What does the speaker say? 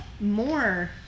more